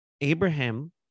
Abraham